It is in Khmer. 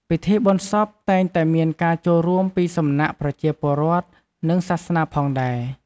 ពិធីបុណ្យសពតែងតែមានការចូលរួមពីសំណាក់ប្រជាពលរដ្ឋ និងសាសនាផងដែរ។